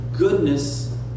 Goodness